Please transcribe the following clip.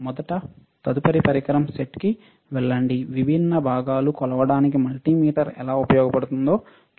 మొదట తదుపరి పరికరం సెట్కి వెళ్లండి విభిన్న భాగాలు కొలవడానికి మల్టీమీటర్ ఎలా ఉపయోగించబడుతుందో చూద్దాం